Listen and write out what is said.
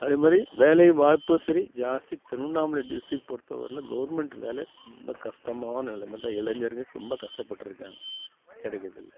அதே மாதிரி வேலை வாய்ப்பும் சரி ஜாஸ்தி திருவண்ணாமலை டிஸ்ட்ரிக் பொறுத்தவரைலும் கவர்மெண்ட் வேலை ரொம்ப கஷ்டமான நிலைமை தான் இளைஞர்கள் ரொம்ப கஷ்டப்பட்டுருக்காங்க கிடைக்கிறதில்ல